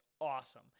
awesome